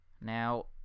Now